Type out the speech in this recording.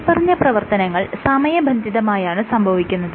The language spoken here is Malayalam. മേല്പറഞ്ഞ പ്രവർത്തനങ്ങൾ സമയബന്ധിതമായാണ് സംഭവിക്കുന്നത്